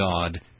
God